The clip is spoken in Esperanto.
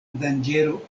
danĝero